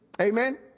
Amen